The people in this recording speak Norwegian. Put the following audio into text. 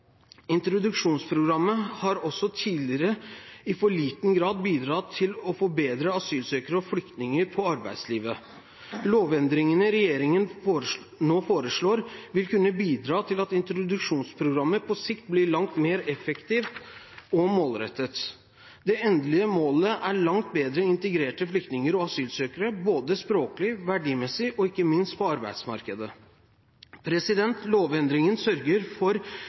Introduksjonsprogrammet har også tidligere i for liten grad bidratt til å forberede asylsøkere og flyktninger på arbeidslivet. Lovendringen regjeringen nå foreslår, vil kunne bidra til at introduksjonsprogrammet på sikt blir langt mer effektivt og målrettet. Det endelige målet er langt bedre integrerte flyktninger og asylsøkere, både språklig, verdimessig og ikke minst på arbeidsmarkedet. Lovendringen sørger for